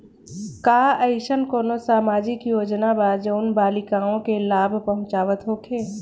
का एइसन कौनो सामाजिक योजना बा जउन बालिकाओं के लाभ पहुँचावत होखे?